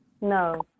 No